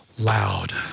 loud